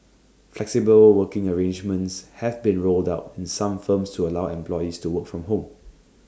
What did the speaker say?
flexible working arrangements have been rolled out in some firms to allow employees to work from home